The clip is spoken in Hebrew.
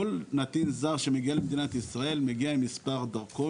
כל נתין זר שמגיע למדינת ישראל מגיע עם מספר דרכון